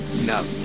No